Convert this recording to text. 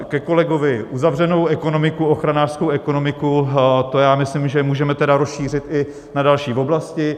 Ke kolegovi: uzavřenou ekonomiku, ochranářskou ekonomiku, to já myslím, že můžeme tedy rozšířit i na další oblasti.